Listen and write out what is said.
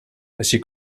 així